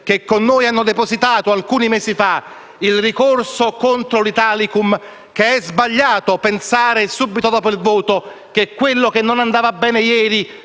che con noi hanno depositato alcuni mesi fa il ricorso contro l'Italicum: è sbagliato pensare subito dopo il voto che quello che non andava bene ieri